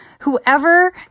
whoever